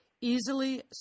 easily